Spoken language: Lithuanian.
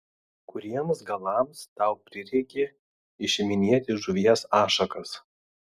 kuriems galams tau prireikė išiminėti žuvies ašakas